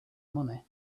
money